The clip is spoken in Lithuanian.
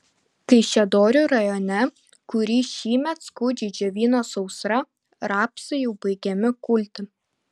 kaišiadorių rajone kurį šįmet skaudžiai džiovino sausra rapsai jau baigiami kulti